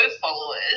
followers